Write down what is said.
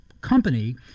company